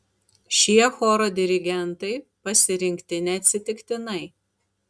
šie choro dirigentai pasirinkti neatsitiktinai